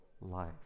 life